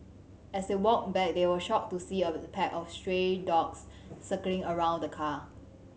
as they walked back they were shocked to see of the pack of stray dogs circling around the car